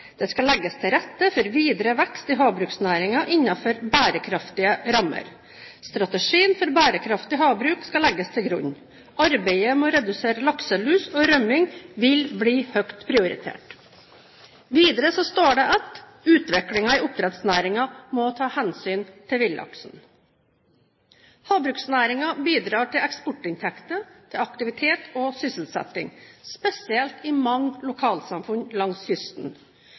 skal legges til rette for videre vekst i havbruksnæringen innenfor bærekraftige rammer. Strategien for bærekraftig havbruk skal legges til grunn. Arbeidet med å redusere lakselus og rømming vil bli høyt prioritert.» Videre står det: «Utviklingen i oppdrettsnæringen må ta hensyn til villaksen.» Havbruksnæringen bidrar til eksportinntekter, aktivitet og sysselsetting, spesielt i mange lokalsamfunn langs kysten.